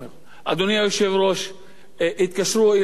אדוני היושב-ראש, התקשרו אלי,